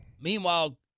Meanwhile